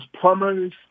plumbers